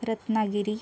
Ratnagiri